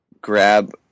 grab